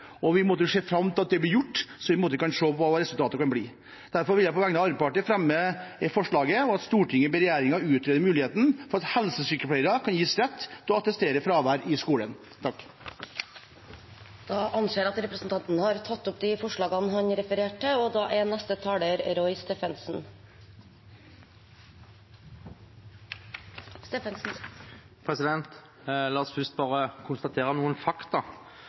Vi ser fram til at det blir gjort, slik at vi kan se hva resultatet kan bli. Derfor vil jeg fremme det forslaget vi har sammen med Senterpartiet og Sosialistisk Venstreparti, og på vegne av Arbeiderpartiet fremme følgende forslag: «Stortinget ber regjeringen utrede muligheten for at helsesykepleiere kan gis rett til å attestere fravær i skolen.» Representanten Jorodd Asphjell har tatt opp det forslaget han refererte til, og det forslaget han refererte. La oss først bare konstatere noen fakta.